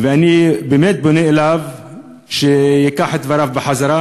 ואני באמת פונה אליו שייקח את דבריו בחזרה,